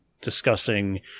discussing